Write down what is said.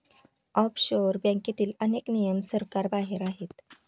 offshore बँकेतील अनेक नियम सरकारबाहेर आहेत